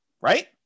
Right